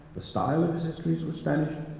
the style of his histories were spanish,